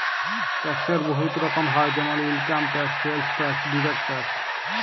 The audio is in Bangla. ট্যাক্সের বহুত রকম হ্যয় যেমল income tax, sales tax, direct tax